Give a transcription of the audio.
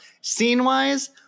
Scene-wise